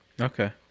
Okay